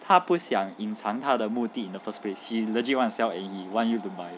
他不想隐藏它的目的 in the first place he legit want to sell and he want you to buy